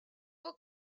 will